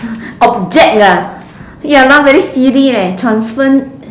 object ah ya now very silly leh transform